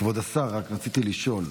כבוד השר, רק רציתי לשאול: